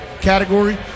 category